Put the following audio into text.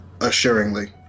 assuringly